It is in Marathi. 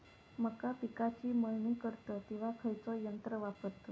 मका पिकाची मळणी करतत तेव्हा खैयचो यंत्र वापरतत?